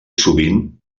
sovint